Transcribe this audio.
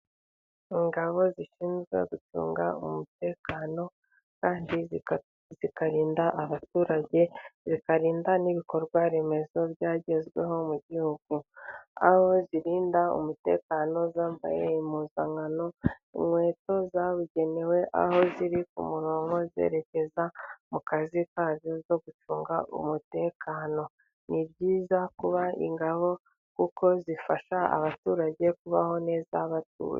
Ingabo zishinzwe gucunga umutekano, kandi zikarinda abaturage, zikarinda n'ibikorwa remezo byagezweho mu gihugu. Aho zirinda umutekano zambaye impuzankano, inkweto zabugenewe, aho ziri ku murongo zerekeza mu kazi kazo ko gucunga umutekano. Ni byiza kuba ingabo kuko zifasha abaturage kubaho neza batuje.